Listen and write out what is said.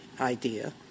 idea